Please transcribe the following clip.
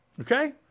Okay